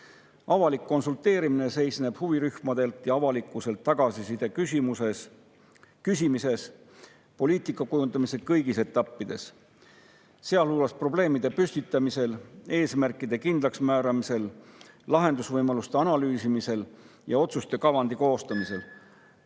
Avalik konsulteerimine seisneb huvirühmadelt ja avalikkuselt tagasiside küsimises poliitikakujundamise kõigis etappides, sealhulgas probleemide püstitamisel, eesmärkide kindlaksmääramisel, lahendusvõimaluste analüüsimisel ja otsuse kavandi koostamisel."